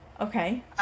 Okay